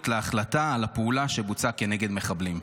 להחלטה על הפעולה שבוצעה כנגד מחבלים.